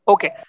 Okay